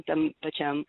tam pačiam